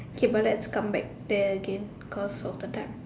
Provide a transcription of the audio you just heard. K but let's come back there again because of the time